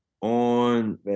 on